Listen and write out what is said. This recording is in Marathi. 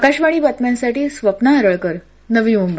आकाशवाणी बातम्यांसाठी स्वप्ना हरळकरनवी मुंबई